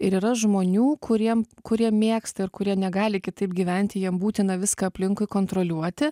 ir yra žmonių kuriem kurie mėgsta ir kurie negali kitaip gyventi jiem būtina viską aplinkui kontroliuoti